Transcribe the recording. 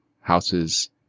houses